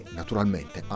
naturalmente